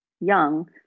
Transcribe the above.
young